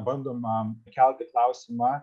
bandoma kelti klausimą